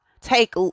take